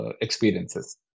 experiences